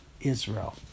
Israel